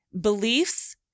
beliefs